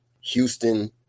Houston